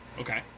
Okay